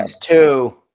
Two